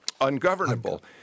Ungovernable